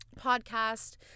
podcast